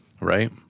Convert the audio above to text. Right